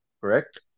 correct